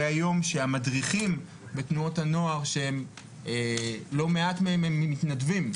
היום שהמדריכים בתנועות הנוער שלא מעט מהם מתנדבים,